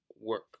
work